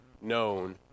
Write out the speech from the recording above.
known